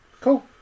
cool